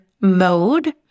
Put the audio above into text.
mode